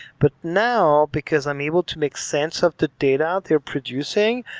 but now, because i'm able to make sense of the data they're producing,